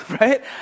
right